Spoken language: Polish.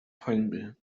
hańby